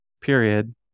period